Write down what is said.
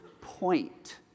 point